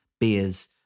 beers